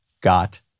got